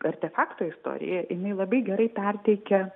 artefakto istorija jinai labai gerai perteikia